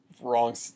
wrong